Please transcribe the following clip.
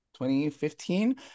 2015